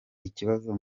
ikibazo